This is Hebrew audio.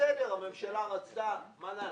בסדר, הממשלה רצתה, מה נעשה?